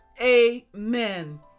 amen